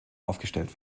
aufgestellt